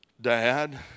dad